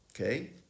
okay